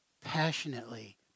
passionately